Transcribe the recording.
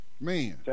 Man